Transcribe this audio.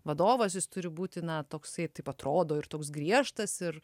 vadovas jis turi būti na toksai taip atrodo ir toks griežtas ir